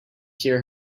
hear